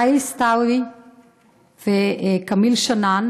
האיל סתאוי וכמיל שנאן,